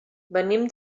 venim